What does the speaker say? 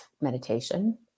meditation